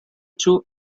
two